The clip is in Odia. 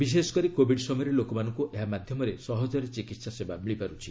ବିଶେଷ କରି କୋବିଡ୍ ସମୟରେ ଲୋକମାନଙ୍କୁ ଏହା ମାଧ୍ୟମରେ ସହଜରେ ଚିକିତ୍ସା ସେବା ମିଳିପାରୁଛି